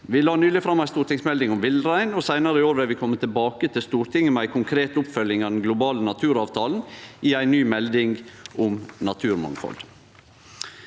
Vi la nyleg fram ei stortingsmelding om villrein, og seinare i år vil vi kome tilbake til Stortinget med ei konkret oppfølging av den globale naturavtalen i ei ny melding om naturmangfald.